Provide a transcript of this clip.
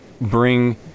bring